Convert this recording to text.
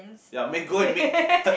ya make go and make